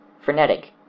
Frenetic